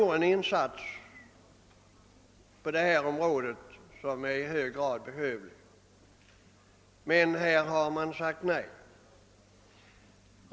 En insats på detta område vore i hög grad behövlig, men här har man sagt nej.